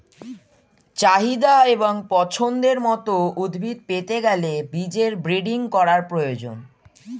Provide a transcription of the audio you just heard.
চাহিদা এবং পছন্দের মত উদ্ভিদ পেতে গেলে বীজের ব্রিডিং করার প্রয়োজন